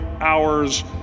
hours